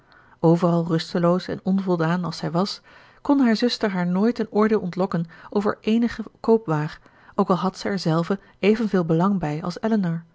overal rusteloos en onvoldaan als zij was kon haar zuster haar nooit een oordeel ontlokken over eenige koopwaar ook al had zij er zelve evenveel belang bij als